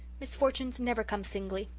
misfortunes never come singly.